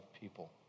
people